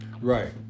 right